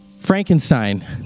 Frankenstein